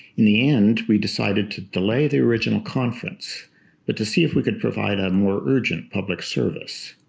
in the end we decided to delay the original conference but to see if we could provide a more urgent public service,